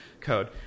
code